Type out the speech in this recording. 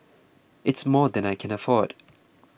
it's more than I can afford